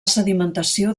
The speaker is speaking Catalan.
sedimentació